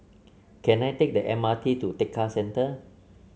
can I take the M R T to Tekka Centre